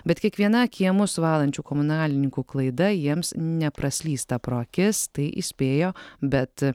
bet kiekviena kiemus valančių komunalininkų klaida jiems nepraslysta pro akis tai įspėjo bet